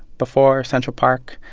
before central park,